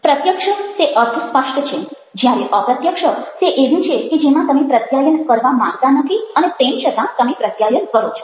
પ્રત્યક્ષ તે અર્થસ્પષ્ટ છે જ્યારે અપ્રત્યક્ષ તે એવું છે કે જેમાં તમે પ્રત્યાયન કરવા માંગતા નથી અને તેમ છતાં તમે પ્રત્યાયન કરો છો